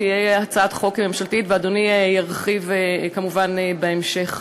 תהיה הצעת חוק ממשלתית, ואדוני ירחיב כמובן בהמשך.